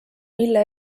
mille